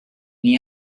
n’hi